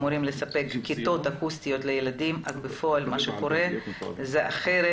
אמורים לספק כיתות אקוסטיות לילדים אבל בפועל מה שקורה זה אחרת.